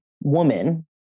woman